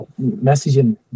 messaging